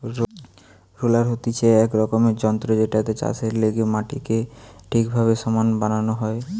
roller হতিছে এক রকমের যন্ত্র জেটাতে চাষের লেগে মাটিকে ঠিকভাবে সমান বানানো হয়